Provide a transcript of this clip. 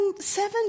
seven